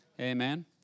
Amen